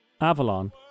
Avalon